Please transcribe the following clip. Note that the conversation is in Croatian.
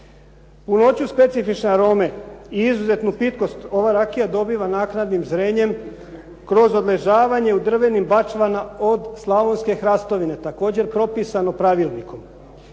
Punoću specifične arome i izuzetnu pitkost ova rakija dobiva naknadnim zrenjem kroz odležavanje u drvenim bačvama od slavonske hrastovine, također propisano pravilnikom.